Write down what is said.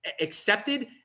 accepted